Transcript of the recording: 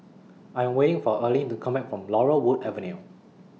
I Am waiting For Erline to Come Back from Laurel Wood Avenue